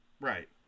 Right